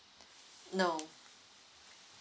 no